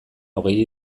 hogei